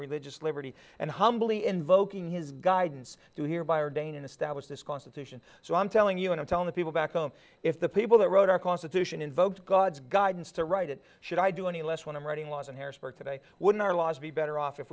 religious liberty and humbly invoking his guidance to here by our dana and establish this constitution so i'm telling you and i'm telling the people back home if the people that wrote our constitution invoked god's guidance to write it should i do any less when i'm writing laws in harrisburg today wouldn't our laws be better off if